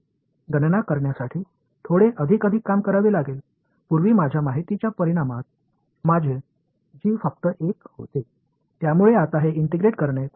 n கணக்கிட இன்னும் கொஞ்சம் வேலை தேவைப்படும் நியூமரேட்டரில் என்னுடைய g வெறும் 1 என்று உங்களுக்குத் தெரியும்